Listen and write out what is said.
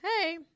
hey